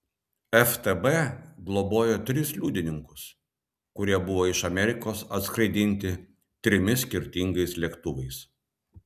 ftb globojo tris liudininkus kurie buvo iš amerikos atskraidinti trimis skirtingais lėktuvais